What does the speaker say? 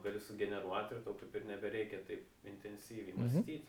gali sugeneruot ir tau kaip ir nebereikia taip intensyviai mąstyt